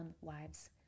wives